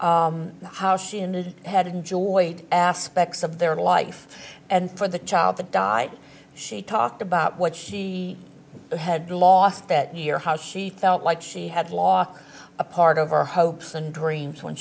how she had enjoyed aspects of their life and for the child to die she talked about what she had lost that year how she felt like she had lost a part of our hopes and dreams when